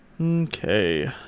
Okay